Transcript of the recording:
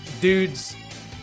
dudes